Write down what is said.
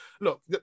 look